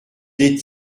est